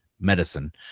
medicine